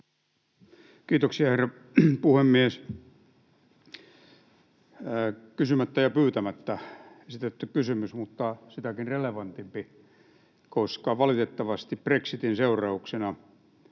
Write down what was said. Kiitoksia, herra puhemies! Kysymättä ja pyytämättä esitetty kysymys, mutta sitäkin relevantimpi, koska valitettavasti brexitin seurauksena